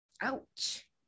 Ouch